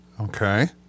Okay